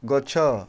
ଗଛ